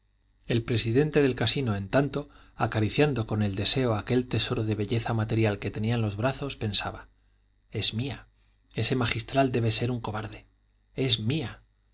el presidente del casino en tanto acariciando con el deseo aquel tesoro de belleza material que tenía en los brazos pensaba es mía ese magistral debe de ser un cobarde es mía